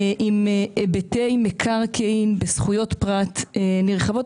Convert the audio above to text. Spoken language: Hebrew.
עם היבטי מקרקעין וזכויות פרט נרחבות.